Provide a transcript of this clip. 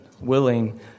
willing